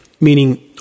meaning